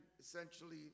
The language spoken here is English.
essentially